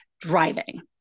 driving